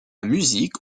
musique